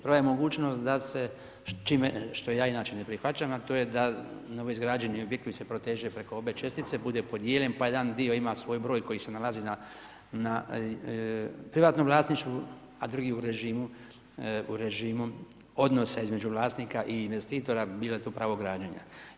Prva je mogućnost da se što ja inače ne prihvaćam, a to je da novoizgrađeni objekt koji se proteže preko obje čestice bude podijeljen, pa jedan dio ima svoj broj koji se nalazi na privatnom vlasništvu, a drugi u režimu odnosa između vlasnika i investitora bilo je to pravo građenja.